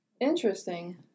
Interesting